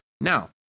Now